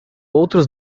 outros